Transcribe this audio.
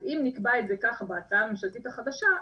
אז אם נקבע את זה ככה בהצעה הממשלתית החדשה,